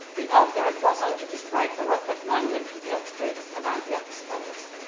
the author goes on to describe a rock cut monument of the outskirts of antioch as follows.